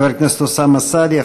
חבר הכנסת אוסאמה סעדי.